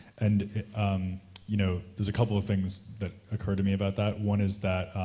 and you know, there's a couple of things that occur to me about that. one is that,